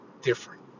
different